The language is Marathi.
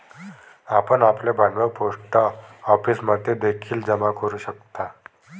आपण आपले भांडवल पोस्ट ऑफिसमध्ये देखील जमा करू शकता